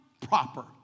Proper